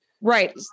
right